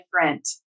different